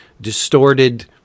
distorted